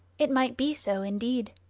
it might be so indeed.